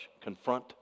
Confront